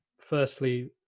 firstly